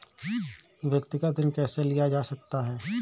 व्यक्तिगत ऋण कैसे लिया जा सकता है?